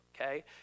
okay